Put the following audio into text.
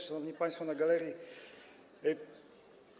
Szanowni Państwo na Galerii!